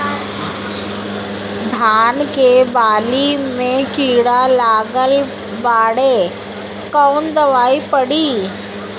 धान के बाली में कीड़ा लगल बाड़े कवन दवाई पड़ी?